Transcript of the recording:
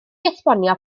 esbonio